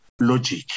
logic